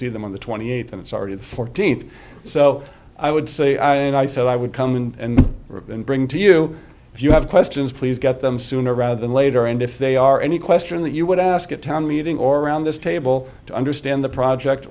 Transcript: see them on the twenty eighth and it's already the fourteenth so i would say i and i said i would come and bring to you if you have questions please get them sooner rather than later and if they are any question that you would ask a town meeting or around this table to understand the project